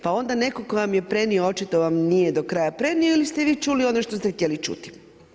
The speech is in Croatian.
Pa onda netko tko vam je prenio očito vam nije do kraja prenio ili ste vi čuli ono što ste htjeli čuti.